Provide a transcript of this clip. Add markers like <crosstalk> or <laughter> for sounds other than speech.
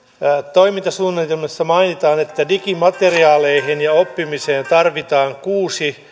toimintasuunnitelmissa mainitaan että digimateriaaleihin ja oppimiseen tarvitaan kuusi <unintelligible>